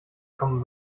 kommen